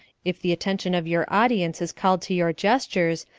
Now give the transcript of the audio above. if the attention of your audience is called to your gestures,